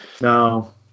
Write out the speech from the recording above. No